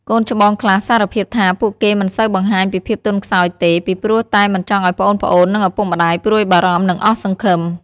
កូនច្បងខ្លះសារភាពថា ពួកគេមិនសូវបង្ហាញពីភាពទន់ខ្សោយទេ ពីព្រោះតែមិនចង់ឱ្យប្អូនៗ និងឪពុកម្ដាយព្រួយបារម្ភ និងអស់សង្ឃឹម។